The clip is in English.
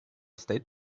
state